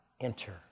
enter